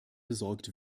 besorgt